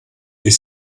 est